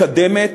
מקדמת,